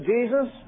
Jesus